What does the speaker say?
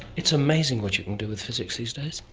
it's amazing what you can do with physics these days.